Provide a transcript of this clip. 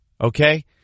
okay